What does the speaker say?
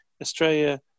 Australia